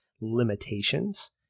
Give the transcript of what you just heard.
limitations